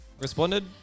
responded